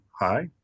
hi